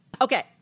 Okay